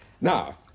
Now